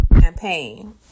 campaign